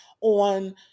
on